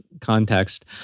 context